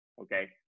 okay